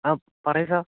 ആ പറയു സാർ